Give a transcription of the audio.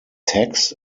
tax